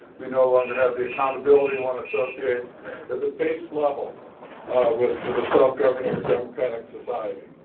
we no longer have the accountability one associates at the base level with with a self-governing or democratic society.